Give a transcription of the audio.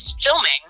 filming